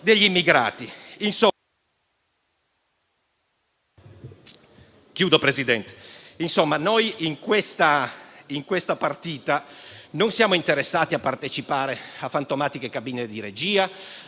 signor Presidente, in questa partita non siamo interessati a partecipare a fantomatiche cabine di regia